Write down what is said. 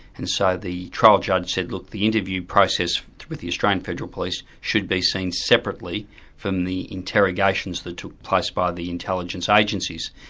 and so the trial judge said look, the interview process with the australian federal police should be seen separately from the interrogations that took place by the intelligence agencies'.